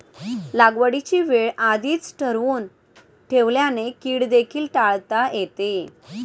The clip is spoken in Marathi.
लागवडीची वेळ आधीच ठरवून ठेवल्याने कीड देखील टाळता येते